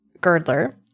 Girdler